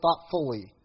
thoughtfully